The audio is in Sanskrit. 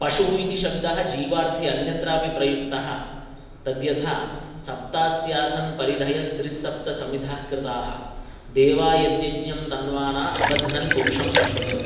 पशुः इति शब्दः जीवार्थे अन्यत्र अपि प्रयुक्तः तद् यथा सप्तास्यासन् परिधयस्त्रिः सप्तः समिधः कृताः देवा यद्यज्ञं तन्वानाऽबध्नन् पुरुषं पशुम्